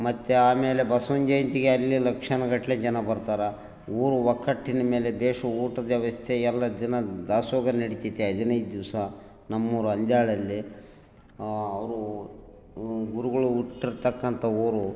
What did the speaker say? ಮತ್ತು ಆಮೇಲೆ ಬಸವನ ಜಯಂತಿಗೆ ಅಲ್ಲಿ ಲಕ್ಷಾನುಗಟ್ಲೆ ಜನ ಬರ್ತಾರೆ ಊರು ಒಗ್ಗಟ್ಟಿನ್ ಮೇಲೆ ದೇಶ ಊಟದ ವ್ಯವಸ್ಥೆ ಎಲ್ಲ ಜನ ದಾಸೋಹ ನಡಿತೈತೆ ಹದಿನೈದು ದಿವಸ ನಮ್ಮೂರು ಅಂಜಾಳಲ್ಲಿ ಅವರು ಗುರುಗಳು ಹುಟ್ಟಿರ್ತಕ್ಕಂಥ ಊರು